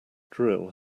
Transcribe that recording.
drill